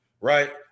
right